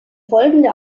folgende